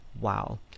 Wow